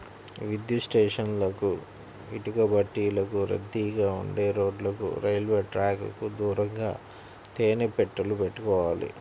విద్యుత్ స్టేషన్లకు, ఇటుకబట్టీలకు, రద్దీగా ఉండే రోడ్లకు, రైల్వే ట్రాకుకు దూరంగా తేనె పెట్టెలు పెట్టుకోవాలి